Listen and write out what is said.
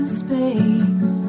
space